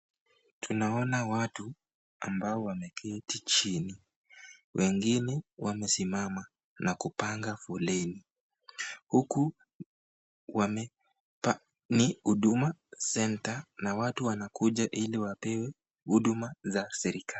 Tunaona watu ambao wameketi chini, wengine wamesimama na kupanga foleni. Huku ni huduma center na watu wanakuja ili wapewe huduma za serikali.